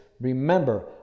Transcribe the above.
remember